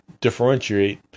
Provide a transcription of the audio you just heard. differentiate